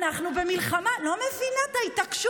"אין טעם לתיקון עולם ולעשות מהפכות ללא